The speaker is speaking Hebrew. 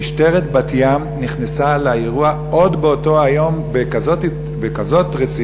שמשטרת בת-ים נכנסה לאירוע עוד באותו היום בכזאת רצינות,